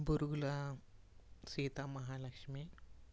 Borugula Sitamahalakshmi